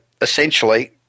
essentially